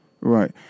Right